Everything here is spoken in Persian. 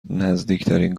نزدیکترین